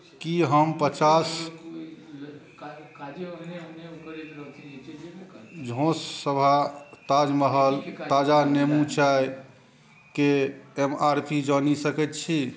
की हम पचास झोसभ ताजमहल ताजा नेमू चाय के एम आर पी जानि सकैत छी